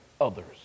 others